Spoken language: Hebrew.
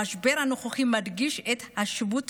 המשבר הנוכחי מדגיש את החשיבות